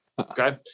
Okay